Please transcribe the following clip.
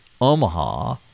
Omaha